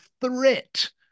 threat